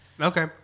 Okay